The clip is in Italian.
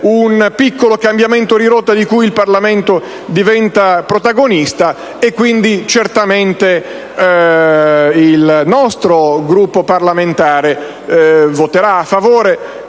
un piccolo cambiamento di rotta in cui il Parlamento diventa protagonista, e quindi certamente il nostro Gruppo parlamentare voterà a favore,